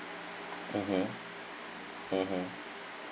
mmhmm mmhmm